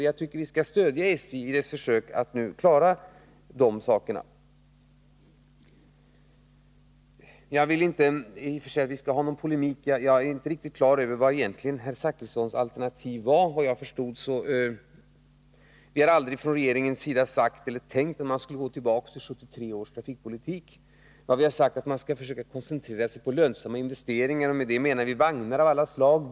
Jag tycker vi skall stödja SJ i dess försök att klara detta. Jag vill i och för sig inte att vi skall ha någon polemik, men jag är inte riktigt klar över vilka herr Zachrissons alternativ egentligen var. Vi har aldrig från regeringens sida sagt eller tänkt att man skulle gå tillbaka till 1973 års trafikpolitik. Vi har sagt att man skall försöka koncentrera sig på lönsamma investeringar, och med det menar vi bl.a. vagnar av olika slag.